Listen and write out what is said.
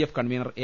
F convener A